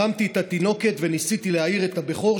הרמתי את התינוקת וניסיתי להעיר את הבכור,